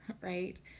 right